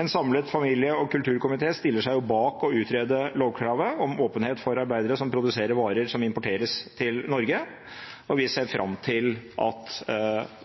En samlet familie- og kulturkomite stiller seg bak å utrede lovkravet om åpenhet for arbeidere som produserer varer som importeres til Norge. Vi ser fram til at